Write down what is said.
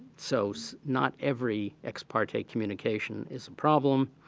so so, not every ex parte communication is a problem,